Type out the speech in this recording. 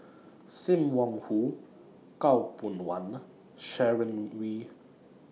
SIM Wong Hoo Khaw Boon Wan Sharon Wee